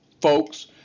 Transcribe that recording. folks